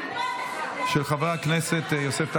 של חבר הכנסת יוסף טייב,